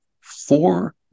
four